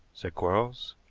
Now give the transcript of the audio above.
said quarles.